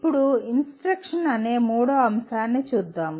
ఇప్పుడు "ఇన్స్ట్రక్షన్" అనే మూడవ అంశాన్ని చూద్దాం